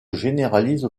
généralise